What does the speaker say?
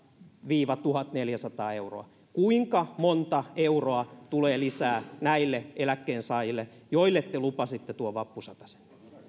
viiva tuhatneljäsataa euroa kuinka monta euroa tulee lisää näille eläkkeensaajille joille te lupasitte tuon vappusatasen